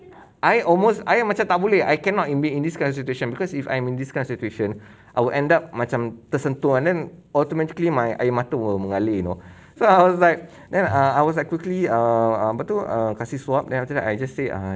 I almost I am macam tak boleh I cannot embed in this kind of situation because if I'm in this kind of situation I would end up macam tersentuh ah and then automatically my air mata will mengalir you know so I was like then I was like quickly err err apa tu kasih suap then after that I just say uh